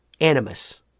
animus